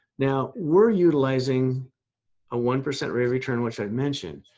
now we're utilizing a one percent rate of return, which i've mentioned,